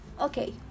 Okay